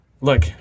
look